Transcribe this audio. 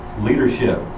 leadership